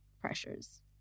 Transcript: pressures